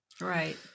Right